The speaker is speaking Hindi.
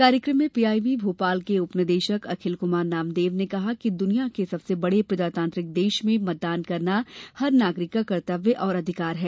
कार्यक्रम में पीआईबी भोपाल के उप निदेशक अखिल कुमार नामदेव ने कहा कि दुनिया के सबसे बड़े प्रजातांत्रिक देश में मतदान करना हर नागरिक का कर्तव्य और अधिकार है